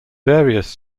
various